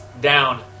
down